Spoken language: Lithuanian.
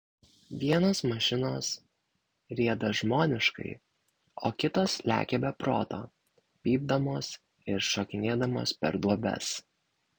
vienos mašinos rieda žmoniškai o kitos lekia be proto pypdamos ir šokinėdamos per duobes